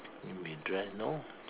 you mean dress no